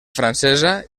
francesa